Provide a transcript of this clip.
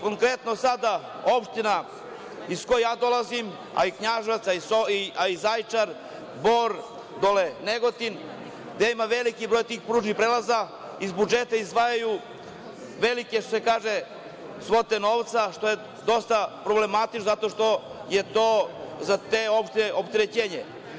Konkretno sada opština iz koje ja dolazim, a i Knjaževac, a i Zaječar, Bor, Negotin, gde ima veliki broj tih pružnih prelaza, iz budžeta izdvajaju velike svote novca, što je dosta problematično, zato što je to za te opštine opterećenje.